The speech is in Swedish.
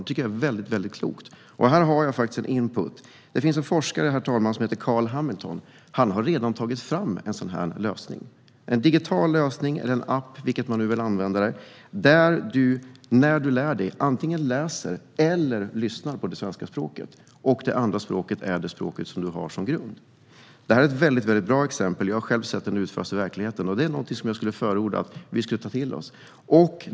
Det tycker jag är mycket klokt. Jag har input när det gäller det. Det finns en forskare som heter Carl Hamilton som redan har tagit fram en sådan lösning. Det är en digital lösning, en app, där du när du lär dig antingen läser eller lyssnar på det svenska språket, och det andra språket är det språk som du har som grund. Det här är ett mycket bra exempel. Jag har själv sett detta utföras i verkligheten, och det här är någonting som jag skulle vilja förorda att vi tar till oss.